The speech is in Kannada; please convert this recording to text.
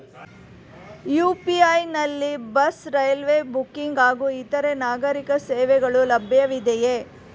ಯು.ಪಿ.ಐ ನಲ್ಲಿ ಬಸ್, ರೈಲ್ವೆ ಬುಕ್ಕಿಂಗ್ ಹಾಗೂ ಇತರೆ ನಾಗರೀಕ ಸೇವೆಗಳು ಲಭ್ಯವಿದೆಯೇ?